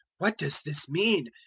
what does this mean?